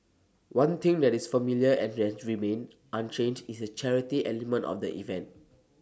one thing that is familiar and range remained unchanged is the charity element of the event